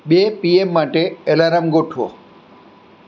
બે પીએમ માટે એલારામ ગોઠવો